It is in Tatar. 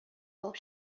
алып